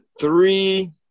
three